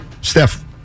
Steph